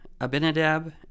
Abinadab